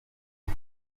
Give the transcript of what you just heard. bye